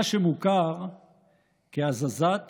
מה שמוכר כהזזת